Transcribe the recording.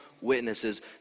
witnesses